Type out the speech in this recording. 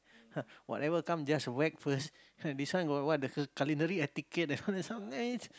!ha! whatever come just whack first !ha! this one got what the k~ culinary etiquette